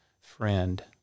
friend